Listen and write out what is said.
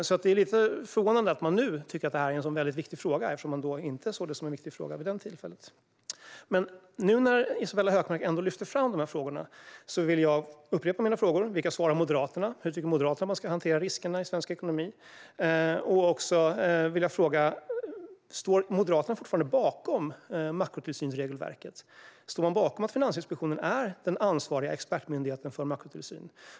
Det är därför lite förvånande att man nu tycker att det är en så viktig fråga eftersom man inte tyckte det vid det tillfället. Eftersom Isabella Hökmark ändå lyfter fram detta vill jag upprepa mina frågor. Vilka svar har Moderaterna? Hur tycker Moderaterna att man ska hantera riskerna i svensk ekonomi? Står Moderaterna fortfarande bakom makrotillsynsregelverket? Står Moderaterna bakom att Finansinspektionen är den ansvariga expertmyndigheten för makrotillsyn?